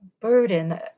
Burden